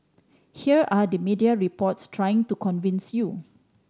here are the media reports trying to convince you